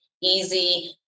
easy